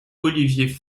olivier